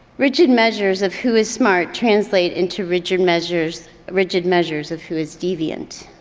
rigid measures of who is smart translate into rigid measures rigid measures of who is deviant.